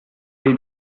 dei